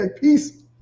peace